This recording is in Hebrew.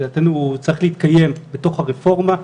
לדעתנו, צריך להתקיים בתוך הרפורמה.